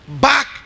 back